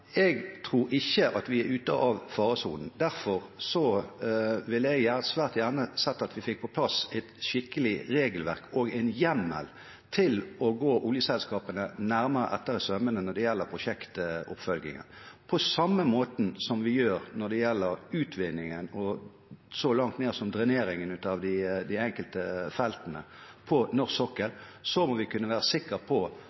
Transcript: Jeg tror ikke vi er ute av faresonen. Derfor ville jeg svært gjerne sett at vi fikk på plass et skikkelig regelverk og en hjemmel til å gå oljeselskapene nærmere etter i sømmene når det gjelder prosjektoppfølgingen. På samme måte som vi gjør når det gjelder utvinning og så langt ned som til drenering av de enkelte feltene på norsk sokkel, må vi kunne være sikre på